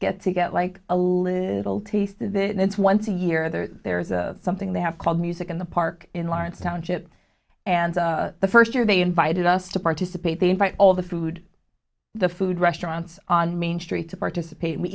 get to get like a little taste of it it's once a year there there's something they have called music in the park in lawrence township and the first year they invited us to participate they invite all the food the food restaurants on main street to participate